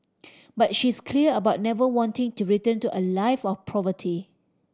but she's clear about never wanting to return to a life of poverty